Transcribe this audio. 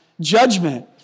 judgment